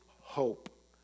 hope